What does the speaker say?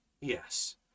yes